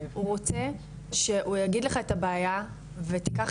הוא רוצה שהוא יגיד לך את הבעיה ותיקח